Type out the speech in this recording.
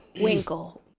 Winkle